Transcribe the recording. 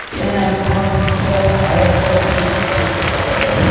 damn, i am so excited for this week's fanfic wars,